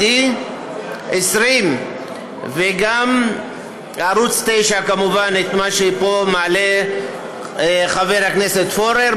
20 וגם ערוץ 9 כמובן, מה שפה מעלה חבר הכנסת פורר.